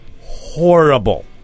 horrible